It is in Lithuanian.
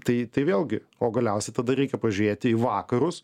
tai tai vėlgi o galiausiai tada reikia pažiūrėti į vakarus